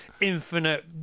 infinite